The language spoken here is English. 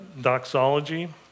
doxology